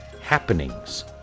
happenings